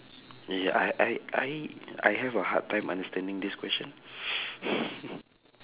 ya I I I I have a hard time understanding this question hmm